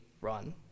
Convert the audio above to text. run